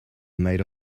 made